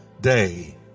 day